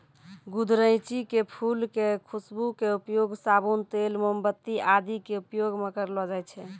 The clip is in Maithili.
गुदरैंची के फूल के खुशबू के उपयोग साबुन, तेल, मोमबत्ती आदि के उपयोग मं करलो जाय छै